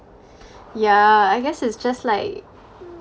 yeah I guess it's just like